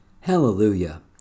Hallelujah